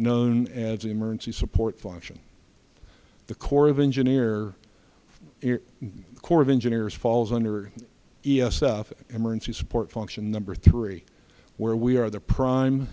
known as emergency support function the corps of engineer corps of engineers falls under e s f emergency support function number three where we are the prime